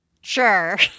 Sure